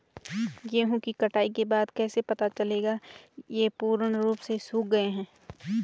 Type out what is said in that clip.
गेहूँ की कटाई के बाद कैसे पता चलेगा ये पूर्ण रूप से सूख गए हैं?